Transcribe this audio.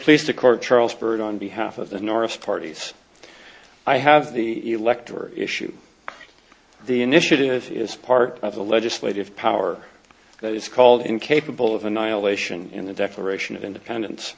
placed a court charles byrd on behalf of the norris parties i have the electoral issue the initiative is part of the legislative power that is called incapable of annihilation in the declaration of independence